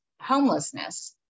homelessness